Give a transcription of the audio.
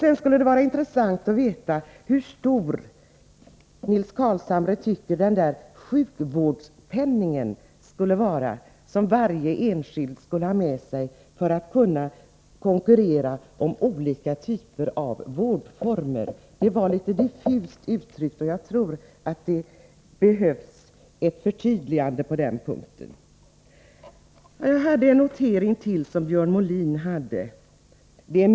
Det skulle vara intressant att veta hur stor Nils Carlshamre tycker att den sjukvårdspengen skulle vara som varje enskild skulle ha med sig för att kunna konkurrera om olika typer av vårdformer. På denna punkt uttryckte sig Nils Carlshamre litet diffust, varför jag tror att det behövs ett förtydligande. Jag hade ytterligare en notering när det gäller Björn Molin.